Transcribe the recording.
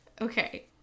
Okay